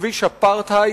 לכביש אפרטהייד,